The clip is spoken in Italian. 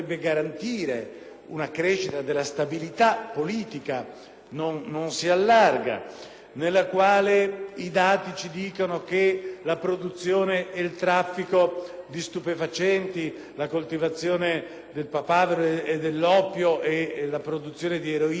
nel quale i dati ci dicono che la produzione e il traffico di stupefacenti, la coltivazione del papavero e dell'oppio e la produzione di eroina continuano a crescere in modo inarrestabile. È una situazione